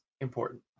important